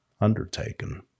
undertaken